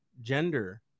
gender